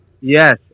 yes